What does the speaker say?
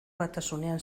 batasunean